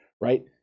right